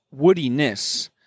woodiness